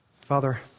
Father